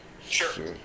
Sure